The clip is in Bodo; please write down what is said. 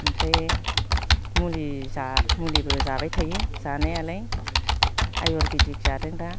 ओमफ्राय मुलि जा मुलिबो जाबाय थायो जानायालाय आयुर्बेदिक जादों दा